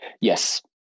Yes